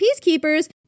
peacekeepers